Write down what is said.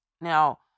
Now